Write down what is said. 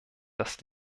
das